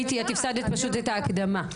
את הפסדת פשוט את ההקדמה.